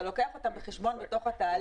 אתה לוקח אותם בחשבון בתהליך.